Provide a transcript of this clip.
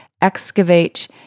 Excavate